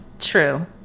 True